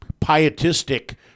pietistic